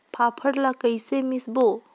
फाफण ला कइसे मिसबो?